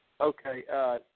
Okay